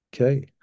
okay